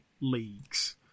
leagues